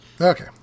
Okay